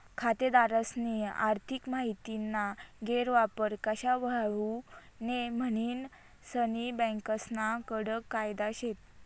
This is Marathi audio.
खातेदारस्नी आर्थिक माहितीना गैरवापर कशा व्हवावू नै म्हनीन सनी बँकास्ना कडक कायदा शेत